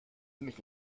mich